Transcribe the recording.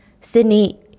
Sydney